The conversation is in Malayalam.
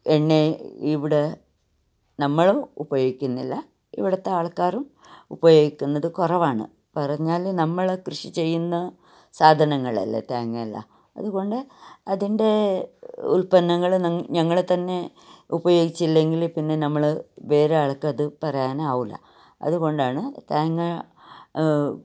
എണ്ണ ഇവിടെ നമ്മൾ ഉപയോഗിക്കുന്നില്ല ഇവിടുത്തെ ആൾക്കാരും ഉപയോഗിക്കുന്നത് കുറവാണ് പറഞ്ഞാൽ നമ്മൾ കൃഷി ചെയ്യുന്ന സാധനങ്ങളല്ലേ തേങ്ങയെല്ലാം അതുകൊണ്ട് അതിൻ്റെ ഉത്പന്നങ്ങൾ ഞങ്ങൾ തന്നെ ഉപയോഗിച്ചില്ലെങ്കിൽ പിന്നെ നമ്മൾ വേറെ ആൾക്കതു പറയാനാവില്ല അതുകൊണ്ടാണ് തേങ്ങ